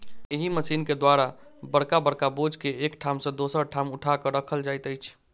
एहि मशीन के द्वारा बड़का बड़का बोझ के एक ठाम सॅ दोसर ठाम उठा क राखल जाइत अछि